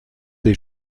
des